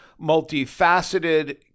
multifaceted